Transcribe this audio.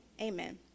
Amen